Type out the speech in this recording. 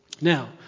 Now